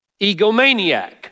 egomaniac